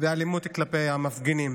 ואלימות כלפי המפגינים,